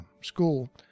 school